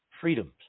freedoms